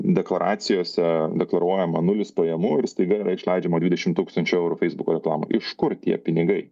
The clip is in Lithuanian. deklaracijose deklaruojama nulis pajamų ir staiga yra išleidžiama dvidešim tūkstančių eurų feisbuko reklamai iš kur tie pinigai